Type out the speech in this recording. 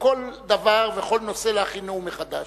לכל דבר ולכל נושא להכין נאום מחדש.